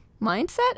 mindset